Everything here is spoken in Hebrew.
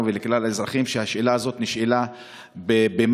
ולכלל אזרחים שהשאלה הזאת נשאלה במאי,